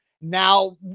now